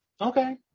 Okay